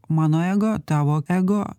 mano ego tavo ego